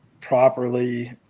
properly